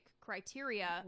criteria